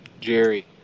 Jerry